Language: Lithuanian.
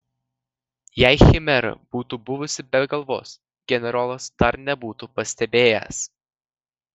jei chimera būtų buvusi be galvos generolas dar nebūtų pastebėjęs